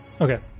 Okay